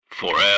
forever